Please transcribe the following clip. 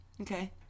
Okay